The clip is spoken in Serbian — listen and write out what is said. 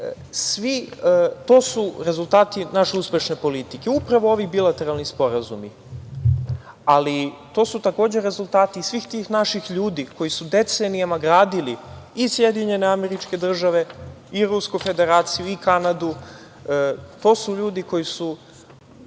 To su rezultati naše uspešne politike, upravo ovi bilateralni sporazumi. Ali, to su takođe rezultati svih tih naših ljudi koji su decenijama gradili i SAD i Rusku Federaciju i Kanadu, ti ljudi su